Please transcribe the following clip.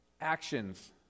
Actions